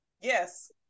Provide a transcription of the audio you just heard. yes